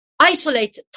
isolate